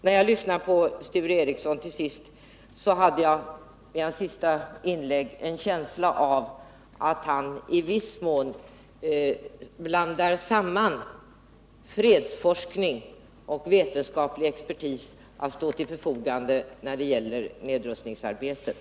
När jag lyssnade på Sture Ericsons senaste inlägg fick jag en känsla av han i viss mån blandar samman fredsforskning och vetenskaplig expertis att stå till förfogande då det gäller nedrustningsarbetet.